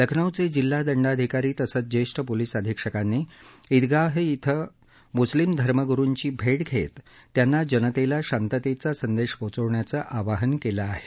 लखनौचे जिल्हा दंडाधिकारी तसंच ज्येष्ठ पोलिस अधिक्षकांनी ईदगाह इथं म्स्लिम धर्मग्रुंची भेट घेत त्यांना जनतेला शांततेचा संदेश पोचवण्याचं आवाहन केलं आहे